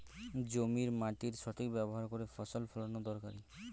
জমির মাটির সঠিক ব্যবহার করে ফসল ফলানো দরকারি